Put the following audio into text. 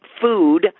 food